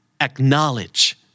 acknowledge